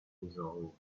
dissolves